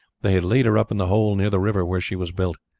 they had laid her up in the hole near the river where she was built.